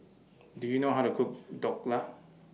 Do YOU know How to Cook Dhokla